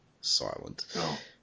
silent